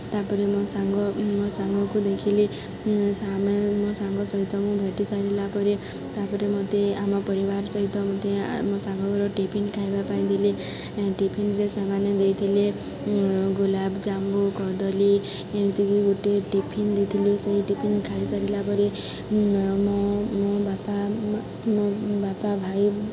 ତା'ପରେ ମୋ ସାଙ୍ଗ ମୋ ସାଙ୍ଗକୁ ଦେଖିଲି ଆମେ ମୋ ସାଙ୍ଗ ସହିତ ମୁଁ ଭେଟି ସାରିଲା ପରେ ତା'ପରେ ମୋତେ ଆମ ପରିବାର ସହିତ ମଧ୍ୟ ମୋ ସାଙ୍ଗ ଘରେ ଟିଫିନ୍ ଖାଇବା ପାଇଁ ଦେଲେ ଟିଫିନ୍ରେ ସେମାନେ ଦେଇଥିଲେ ଗୋଲାପଜାମୁ କଦଳୀ ଏମିତିକି ଗୋଟେ ଟିଫିନ୍ ଦେଇଥିଲେ ସେ ଟିଫିନ୍ ଖାଇସାରିଲା ପରେ ମୋ ମୋ ବାପା ମୋ ବାପା ଭାଇ